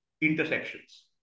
intersections